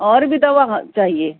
اور بھی دوا چاہیے